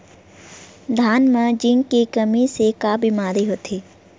धान म जिंक के कमी से का बीमारी होथे?